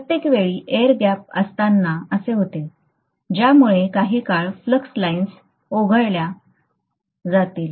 प्रत्येक वेळी air gap असताना असे होते ज्यामुळे काही काळ फ्लक्स लाइन्स ओघळल्या जातील